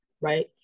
right